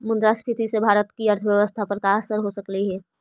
मुद्रास्फीति से भारत की अर्थव्यवस्था पर का असर हो सकलई हे